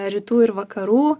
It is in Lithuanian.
rytų ir vakarų